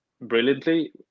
brilliantly